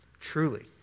Truly